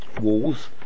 walls